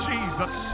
Jesus